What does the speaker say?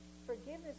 forgiveness